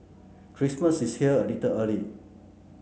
Christmas is here a little early